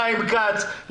לחיים כץ,